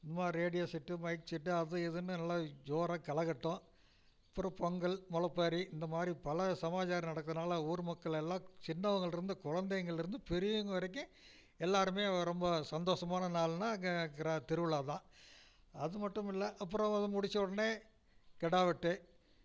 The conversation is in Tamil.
என்மோ ரேடியோ செட்டு மைக் செட்டு அது இதுன்னு நல்லா ஜோராக களகட்டும் அப்புறோம் பொங்கல் முளப்பாரி இந்த மாரி பல சமாச்சாரம் நடக்கறனால ஊர் மக்களெல்லாம் சின்னவங்கள்ருந்து குழந்தைங்கள்ருந்து பெரியவங்க வரைக்கும் எல்லாருமே ரொம்ப சந்தோசமான நாள்ன்னா அங்கே கிரா திருவிலா தான் அதுமட்டுமில்லை அப்புறம் அதை முடிச்சவொட்னே கிடாவெட்டு